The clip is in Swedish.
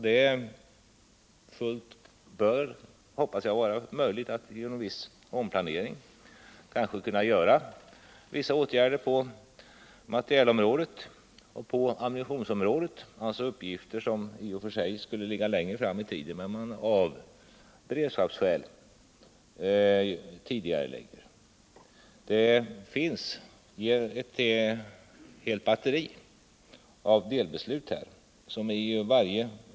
Det bör, hoppas jag, genom viss omplanering vara fullt möjligt att vidta en del åtgärder på materielområdet och ammunitionsområdet, uppgifter som i och för sig skulle ligga längre fram i tiden men som av beredskapsskäl tidigareläggs. Det finns ett helt batteri av delbeslut.